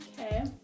Okay